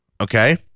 Okay